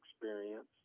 experience